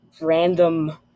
random